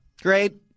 Great